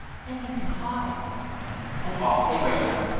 then you can hide and off they ran.